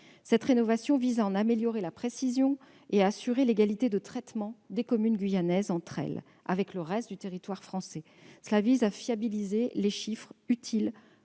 Cette rénovation vise à en améliorer la précision et à assurer l'égalité de traitement des communes guyanaises entre elles et avec le reste du territoire français, afin de fiabiliser les chiffres utiles